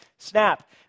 snap